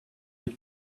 your